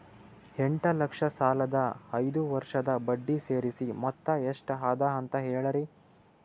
ಎಂಟ ಲಕ್ಷ ಸಾಲದ ಐದು ವರ್ಷದ ಬಡ್ಡಿ ಸೇರಿಸಿ ಮೊತ್ತ ಎಷ್ಟ ಅದ ಅಂತ ಹೇಳರಿ?